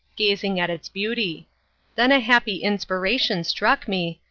gazing at its beauty then a happy inspiration struck me,